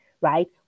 right